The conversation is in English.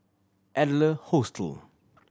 Adler Hostel